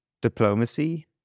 diplomacy